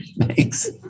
Thanks